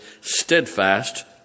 steadfast